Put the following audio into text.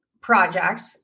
project